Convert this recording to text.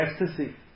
ecstasy